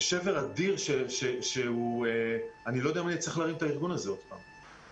זה שבר אדיר שאני לא יודע אם אצליח להרים את הארגון הזה עוד פעם.